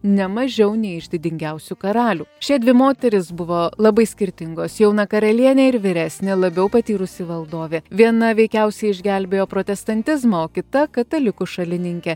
ne mažiau nei iš didingiausių karalių šie dvi moterys buvo labai skirtingos jauna karalienė ir vyresnė labiau patyrusi valdovė viena veikiausiai išgelbėjo protestantizmą o kita katalikų šalininkė